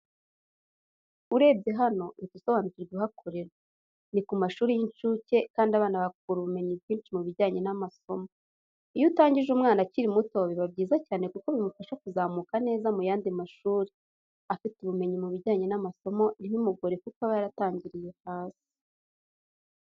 Urebye hano uhita usobanukirwa ibihakorerwa ni ku mashuri y'incuke kandi abana bahakura ubumenyi bwinshi mu bijyanye n'amasomo iyo utangije umwana akiri muto biba byiza cyane kuko bimufasha kuzamuka neza mu yandi mashuri, afite ubumenyi mu bijyanye n'amasomo ntibimugore kuko aba yaratangiriye hasi.